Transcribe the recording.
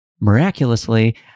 miraculously